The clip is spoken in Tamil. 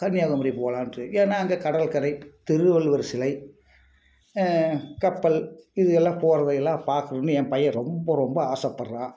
கன்னியாகுமரி போகலான்ட்டு ஏன்னா அங்கே கடற்கரை திருவள்ளுவர் சிலை கப்பல் இதுயெல்லாம் போகிறதையெல்லாம் பார்க்கணும்னு என் பையன் ரொம்ப ரொம்ப ஆசைப்படுறான்